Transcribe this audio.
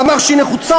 אמר שהיא נחוצה,